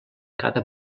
cada